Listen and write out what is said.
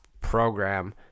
program